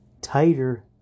Tighter